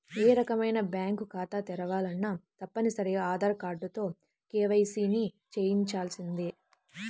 ఏ రకమైన బ్యేంకు ఖాతా తెరవాలన్నా తప్పనిసరిగా ఆధార్ కార్డుతో కేవైసీని చెయ్యించాల్సిందే